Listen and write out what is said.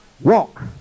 walk